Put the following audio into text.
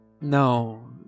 No